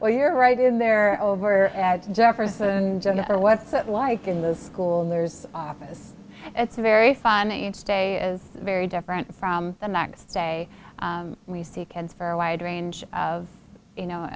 or you're right in there over ad jefferson and what's it like in the school there's office it's very funny and today is very different from the next day we see kids for a wide range of you know